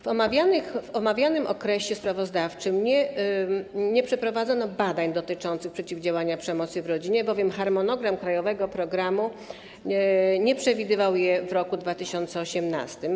W omawianym okresie sprawozdawczym nie przeprowadzono badań dotyczących przeciwdziałania przemocy w rodzinie, bowiem harmonogram krajowego programu nie przewidywał ich w roku 2018.